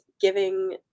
giving